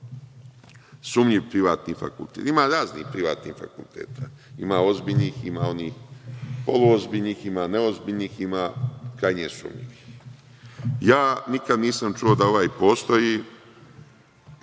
sumnjiv privatan fakultet. Ima raznih privatnih fakulteta. Ima ozbiljnih, ima onih poluozbiljnih, ima neozbiljnih, ima krajnje sumnjivih. Nikada nisam čuo da ovaj postoji,